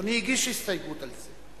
שאדוני הגיש הסתייגות על זה.